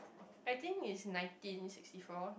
I think is nineteen sixty four